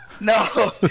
No